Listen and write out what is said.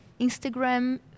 Instagram